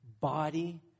body